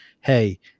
Hey